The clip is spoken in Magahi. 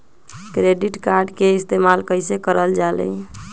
क्रेडिट कार्ड के इस्तेमाल कईसे करल जा लई?